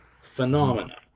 phenomena